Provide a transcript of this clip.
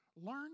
learn